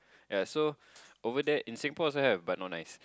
ya so over there in Singapore also have but not nice